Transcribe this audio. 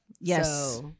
Yes